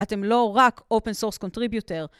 אתם לא רק אופן סורס קונטריביוטר.